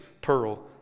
pearl